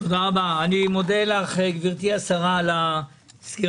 אני מודה לך, גברתי השרה, על הסקירה,